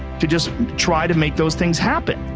to just try to make those things happen.